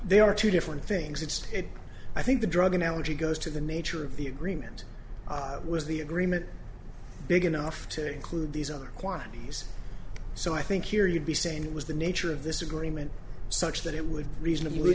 there are two different things it's a i think the drug analogy goes to the nature of the remember was the agreement big enough to include these other quantities so i think here you'd be saying was the nature of this agreement such that it would be reasonable